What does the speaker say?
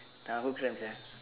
tangan aku cramp sia